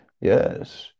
Yes